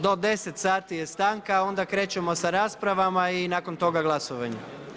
Do 10 sati je stanka onda krećemo sa rasprava i nakon toga glasovanje.